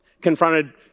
Confronted